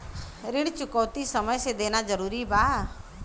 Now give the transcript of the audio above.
ऋण चुकौती समय से देना जरूरी बा?